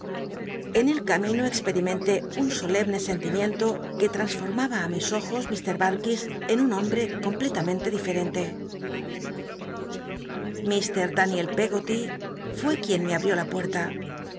en el camino experimenté un solemne sentimiento que transformaba á mis ojos l r barkis en un hombre completamente diferente biblioteca nacional de españa david copperfield lllr daniel pcggoty fué quien me abrió la puerta